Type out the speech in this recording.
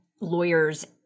lawyers